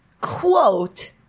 quote